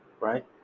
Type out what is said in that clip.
right